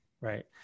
right